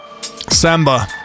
Samba